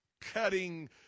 cutting